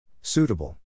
Suitable